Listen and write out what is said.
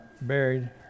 buried